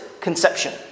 conception